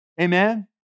Amen